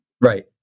Right